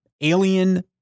alien